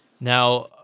Now